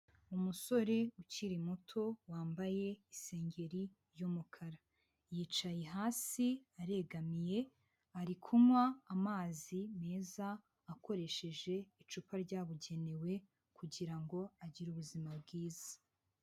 Umusore ukiri muto wambaye isengeri y'umukara. Yicaye hasi aregamye ari kunywa amazi meza akoresheje icupa ryabugenewe kugira ngo agire ubuzima bwiza.